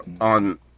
on